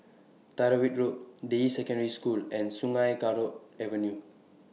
Tyrwhitt Road Deyi Secondary School and Sungei Kadut Avenue